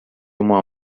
uma